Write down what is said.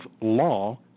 law